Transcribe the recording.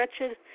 Wretched